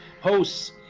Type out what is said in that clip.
hosts